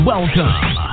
Welcome